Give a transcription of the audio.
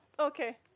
Okay